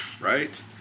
Right